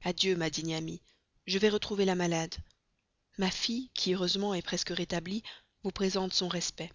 adieu ma digne amie je vais retrouver la malade ma fille qui heureusement est presque entièrement rétablie vous présente son respect